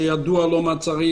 שידוע לו מה צריך,